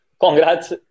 Congrats